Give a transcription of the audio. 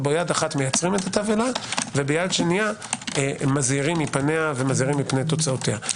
ביד אחת מייצרים את התבהלה ובשנייה מזהירים מפניה ומפני תוצאותיה.